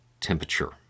temperature